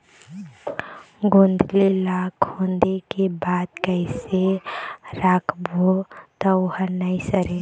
गोंदली ला खोदे के बाद कइसे राखबो त ओहर नई सरे?